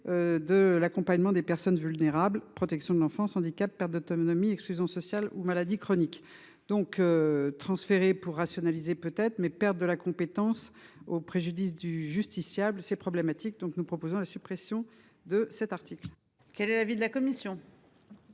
De l'accompagnement des personnes vulnérables, protection de l'enfance, perte d'autonomie exclusion sociale ou maladie chronique, donc. Transféré pour rationaliser peut-être mais perdent de la compétence au préjudice du justiciable. C'est problématique donc nous proposons la suppression de cet article. Quel est l'avis de la commission.